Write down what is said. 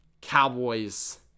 Cowboys